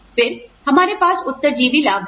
फिर हमारे पास उत्तरजीवी लाभ हैं